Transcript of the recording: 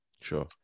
Sure